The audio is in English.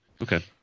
okay